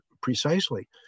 precisely